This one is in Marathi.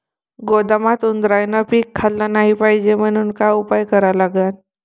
गोदामात उंदरायनं पीक खाल्लं नाही पायजे म्हनून का उपाय करा लागन?